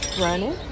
Running